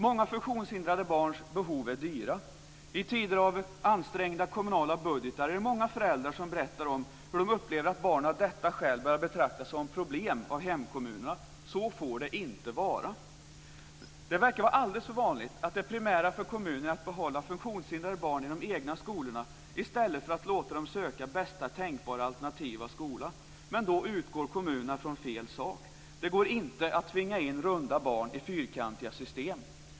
Många funktionshindrade barns behov är dyra. I tider av ansträngda kommunala budgetar är det många föräldrar som berättar hur de upplever att barnen av detta skäl börjar betraktas som problem av hemkommunerna. Så får det inte vara. Det verkar vara alldeles för vanligt att det primära för kommuner är att behålla funktionshindrade barn i de egna skolorna, i stället för att låta dem söka bästa tänkbara alternativa skola. Men då utgår kommunerna från fel sak. Det går inte att tvinga in runda barn i fyrkantiga system.